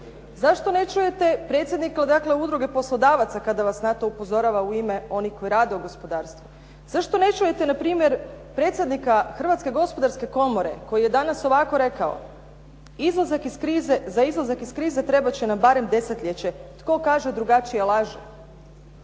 Zašto ne čujete predsjednika od, dakle Udruge poslodavaca kada vas na to upozorava u ime onih koji rade u gospodarstvu? Zašto ne čujete na primjer predsjednika Hrvatske gospodarske komore koji je danas ovako rekao: "Za izlazak iz krize trebati će nam barem desetljeće. Tko kaže drugačije, laže."